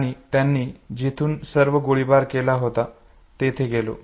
आणि त्यांनी जिथून सर्व गोळीबार केला होता तिथे गेलो